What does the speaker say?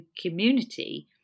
community